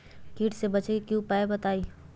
कीट से बचे के की उपाय हैं बताई?